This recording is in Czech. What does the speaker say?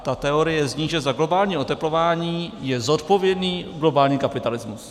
Ta teorie zní, že za globální oteplování je zodpovědný globální kapitalismus.